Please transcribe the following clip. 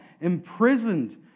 imprisoned